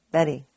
Betty